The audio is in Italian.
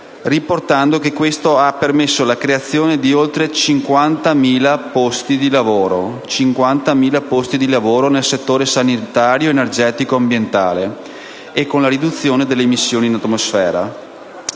riportando che questo ha permesso la creazione di oltre 50.000 posti di lavoro nel settore sanitario-energetico-ambientale, e con la riduzione delle emissioni in atmosfera.